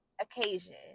occasion